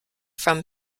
from